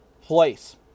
place